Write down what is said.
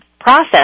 process